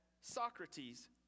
Socrates